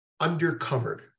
undercovered